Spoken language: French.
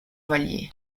vallier